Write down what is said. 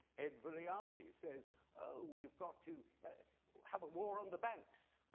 ed vulliamy says, oh we've got to have a war on the banks.